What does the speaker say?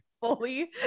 fully